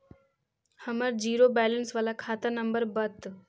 हमर zero balance बाला खाता नम्बर बत?